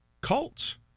cults